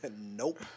Nope